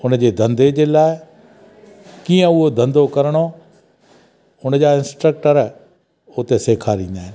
हुन जे धंधे जे लाइ कीअं उहो धंधो करिणो हुन जा इंस्ट्र्क्टर उते सेखारींदा आहिनि